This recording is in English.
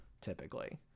typically